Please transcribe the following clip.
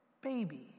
baby